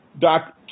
Doc